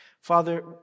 Father